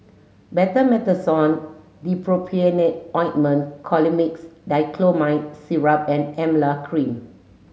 Betamethasone Dipropionate Ointment Colimix Dicyclomine Syrup and Emla Cream